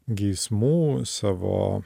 geismų savo